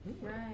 Right